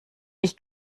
ich